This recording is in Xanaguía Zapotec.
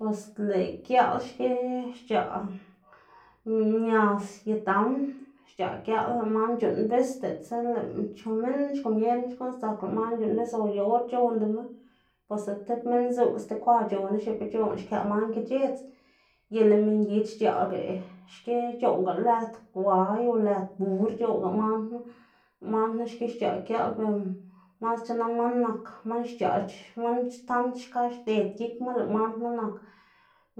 Bos lëꞌ giaꞌl xki xc̲h̲aꞌ mias y dam xc̲h̲aꞌ giaꞌl, lëꞌ man c̲h̲uꞌnn bis diꞌltsa lëꞌ chu minn xkomierma xkuꞌn sdzak lëꞌ man c̲h̲uꞌnn bis o yu or c̲h̲ondama, bos lëꞌ sti minn zuꞌga sti kwa c̲h̲onu, xneꞌ be c̲h̲onlá xkëꞌ man ki c̲h̲edz y lëꞌ mingid xc̲h̲aꞌga xki c̲h̲oꞌwga lëd gway o lëd bur c̲h̲oꞌwga man knu, lëꞌ man knu xki xc̲h̲aꞌ giaꞌl ber masc̲h̲ana man nak man xc̲h̲aꞌ man tand xka xded gikma lëꞌ man knu nak